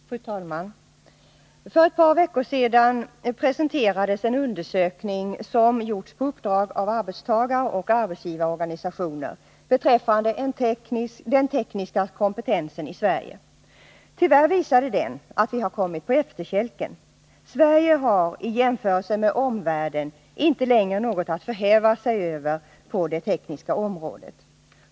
Fru talman! För ett par veckor sedan presenterades en undersökning som gjorts på uppdrag av arbetstagaroch arbetsgivarorganisationer beträffande den tekniska kompetensen i Sverige. Tyvärr visade den att vi har kommit på efterkälken. Sverige har i jämförelse med omvärlden inte längre något att förhäva sig över på det tekniska området.